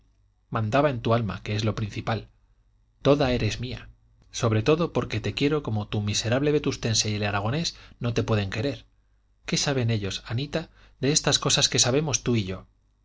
mandaba en tu alma que es lo principal toda eres mía sobre todo porque te quiero como tu miserable vetustense y el aragonés no te pueden querer qué saben ellos anita de estas cosas que sabemos tú y yo